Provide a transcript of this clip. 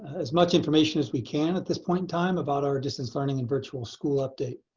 as much information as we can at this point in time about our distance learning and virtual school update.